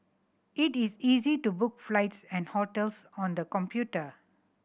it is easy to book flights and hotels on the computer